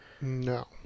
No